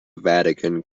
vatican